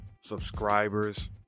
subscribers